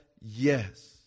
yes